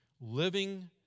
Living